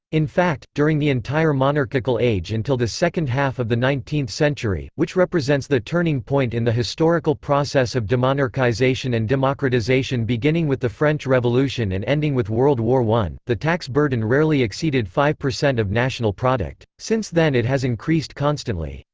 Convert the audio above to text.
in fact, during the entire monarchical age until the second half of the nineteenth nineteenth century, which represents the turning point in the historical process of demonarchization and democratization beginning with the french revolution and ending with world war i, the tax burden rarely exceeded five percent of national product. since then it has increased constantly.